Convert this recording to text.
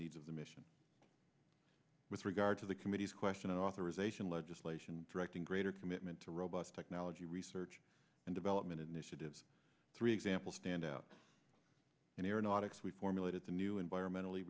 needs of the mission with regard to the committee's question authorization legislation directing greater commitment to robust technology research and development initiatives three examples stand out in aeronautics we formulated the new environmentally